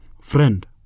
Friend